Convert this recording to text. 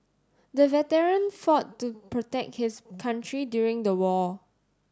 the veteran fought to protect his country during the war